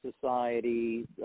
Society